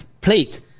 plate